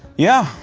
yeah,